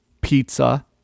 pizza